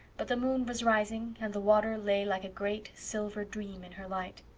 but the moon was rising and the water lay like a great, silver dream in her light.